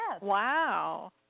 Wow